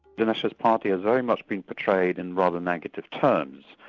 the nationalist party have very much been portrayed in rather negative terms,